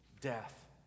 death